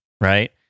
Right